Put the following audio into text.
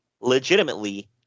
legitimately